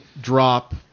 drop